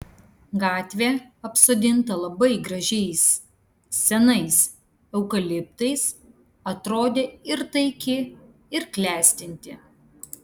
gatvė apsodinta labai gražiais senais eukaliptais atrodė ir taiki ir klestinti